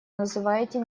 называете